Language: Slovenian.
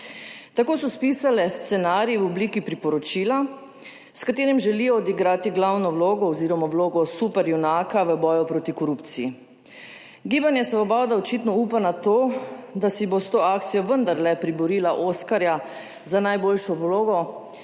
Tako so spisale scenarij v obliki priporočila, s katerim želijo odigrati glavno vlogo, oz. vlogo super junaka v boju proti korupciji. Gibanje Svoboda očitno upa na to, da si bo s to akcijo vendarle priborila oskarja za najboljšo vlogo.